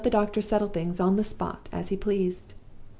and to let the doctor settle things on the spot as he pleased.